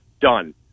done